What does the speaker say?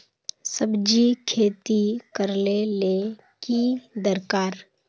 सब्जी खेती करले ले की दरकार?